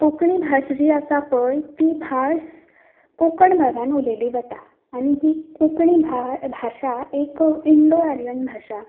कोंकणी भास जी आसा पळय ती भास कोंकण भागांत उलयल्ली वता आनी ही कोंकणी भाशा एक इन्डो आर्यन भाशा